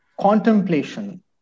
contemplation